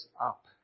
up